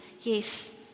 Yes